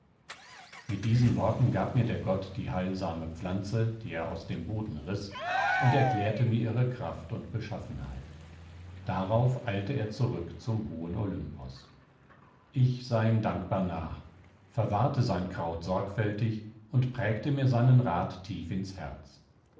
mit diesen worten gab mir der gott die heilsame pflanze die er aus dem boden riß und erklärte mir ihre kraft und beschaffenheit darauf eilte er zurück zum hohen olympos ich sah ihm dankbar nach verwahrte sein kraut sorgfältig und prägte mir seinen rat tief ins herz